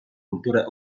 kulturę